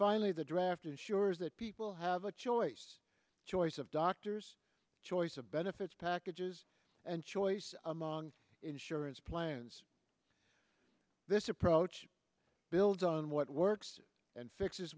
finally the draft ensures that people have a choice choice of doctors choice of benefits packages and choice among insurance plans this approach builds on what works and fixes